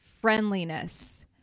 friendliness